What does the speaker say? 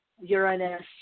Uranus